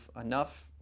enough